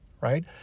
right